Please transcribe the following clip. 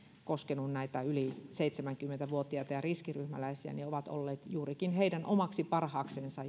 koskeneet yli seitsemänkymmentä vuotiaita ja riskiryhmäläisiä ovat olleet juurikin heidän omaksi parhaaksensa